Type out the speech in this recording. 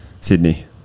Sydney